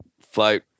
flight